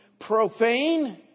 profane